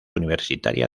universitaria